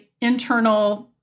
internal